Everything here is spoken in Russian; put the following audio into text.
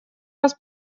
раз